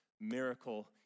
miracle